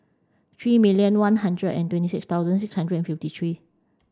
three million one hundred and twenty six thousand six hundred and fifty three